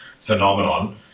phenomenon